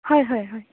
হয় হয় হয়